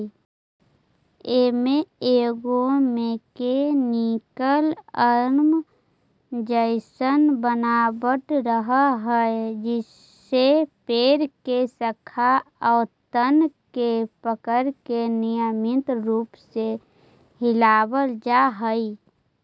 एमे एगो mechanical arm जइसन बनावट रहऽ हई जेसे पेड़ के शाखा आउ तना के पकड़के नियन्त्रित रूप से हिलावल जा हई